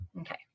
Okay